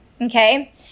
Okay